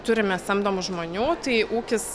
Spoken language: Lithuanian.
turime samdomų žmonių tai ūkis